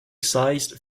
sized